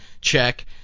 check